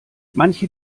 manche